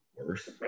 Worse